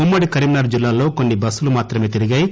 ఉమ్మడి కరీంనగర్ జిల్లాలో కొన్ని బస్సులు మాత్రమే తిరిగాయి